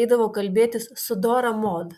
eidavo kalbėtis su dora mod